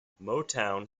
motown